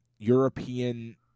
european